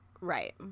Right